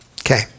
okay